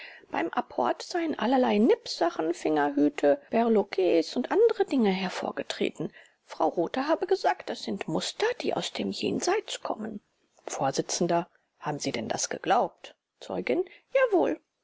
beim apport seien allerlei nippsachen fingerhüte berloques und andere dinge hervorgetreten frau rothe habe gesagt das sind muster die aus dem jenseits kommen vors haben sie denn das geglaubt zeugin jawohl